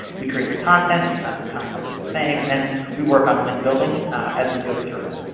we create the content. sometimes the content is the same, and then we work on link building as we go through it.